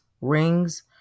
Rings